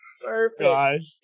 Perfect